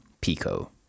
PICO